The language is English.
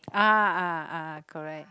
ah ah ah correct